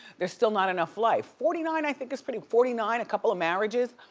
there's still not enough life. forty nine i think is pretty, forty nine a couple of marriages.